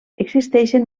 existeixen